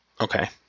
Okay